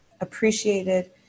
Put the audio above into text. appreciated